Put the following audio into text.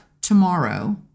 tomorrow